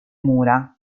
mura